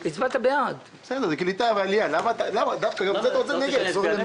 הצבעה הפניות אושרו.